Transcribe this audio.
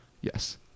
Yes